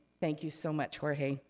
thank you so much, jorge.